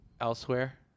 elsewhere